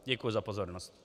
Děkuji za pozornost.